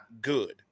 good